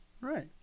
Right